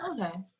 okay